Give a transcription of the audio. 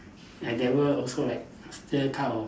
I never also like still kind of